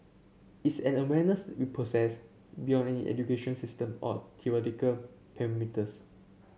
it's an awareness we possess beyond any education system or theoretical perimeters